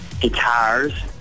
guitars